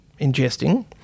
ingesting